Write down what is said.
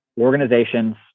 organizations